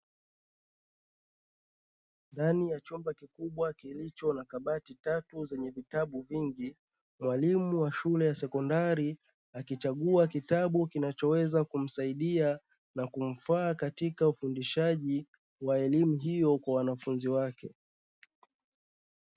Ndani ya chumba kikubwa kilicho na kabati tatu za vitabu vingi, mwalimu wa shule ya sekondari akichagua kitabu kinachoweza kumsaidia na kumfaa katika ufundishaji wa elimu hiyo kwa wanafunzi wake.